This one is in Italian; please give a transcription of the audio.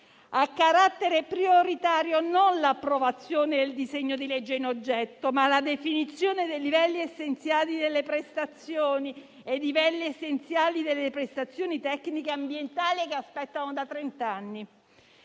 Ha carattere prioritario non l'approvazione del disegno di legge in oggetto, ma la definizione dei livelli essenziali delle prestazioni e dei livelli essenziali delle prestazioni tecniche ambientali che aspettano da trent'anni.